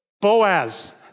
Boaz